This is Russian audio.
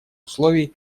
условий